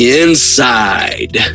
inside